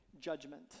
judgment